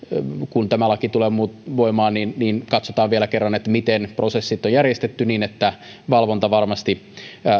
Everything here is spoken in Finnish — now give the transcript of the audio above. kun tämä laki tulee voimaan katsotaan vielä kerran miten prosessit on järjestetty niin että valvonta varmasti